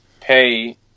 pay